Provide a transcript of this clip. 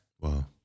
Wow